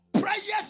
prayers